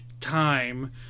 time